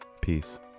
peace